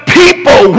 people